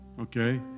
okay